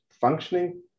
functioning